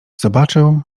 zobaczył